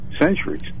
centuries